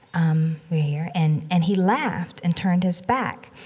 um, we're here and and he laughed and turned his back.